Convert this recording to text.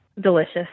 Delicious